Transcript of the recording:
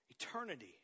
Eternity